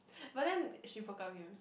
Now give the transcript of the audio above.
but then she broke up with him